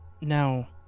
Now